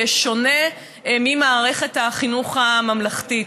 בשונה ממערכת החינוך הממלכתית.